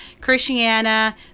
christiana